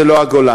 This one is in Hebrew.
זה לא הגולן.